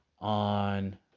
on